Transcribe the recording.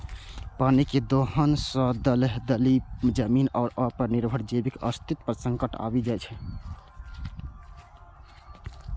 पानिक दोहन सं दलदली जमीन आ ओय पर निर्भर जीवक अस्तित्व पर संकट आबि जाइ छै